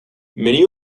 many